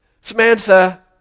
Samantha